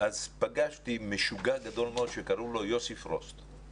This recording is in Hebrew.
אז פגשתי משוגע גדול מאוד שקראו לו יוסי פרוסט.